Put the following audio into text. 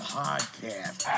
podcast